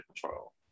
control